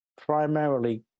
primarily